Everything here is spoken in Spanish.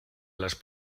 las